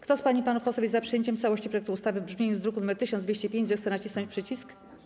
Kto z pań i panów posłów jest za przyjęciem w całości projektu ustawy w brzmieniu z druku nr 1205, zechce nacisnąć przycisk.